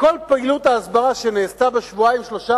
כל פעילות ההסברה שנעשתה בשבועיים-שלושה